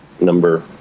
number